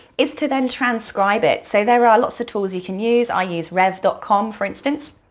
is to then transcribe it, so there are lots of tools you can use. i use rev dot com for instance,